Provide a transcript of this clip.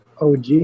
OG